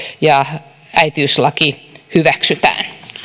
ja äitiyslaki hyväksytään kiitos